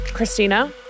Christina